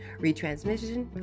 retransmission